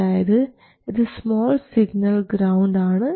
അതായത് ഇത് small signal ground ആണ്